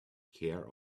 care